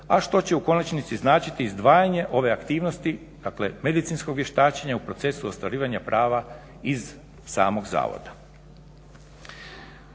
a što će u konačnici značiti izdvajanje ove aktivnosti, dakle medicinskog vještačenja u procesu ostvarivanja prava iz samog zavoda.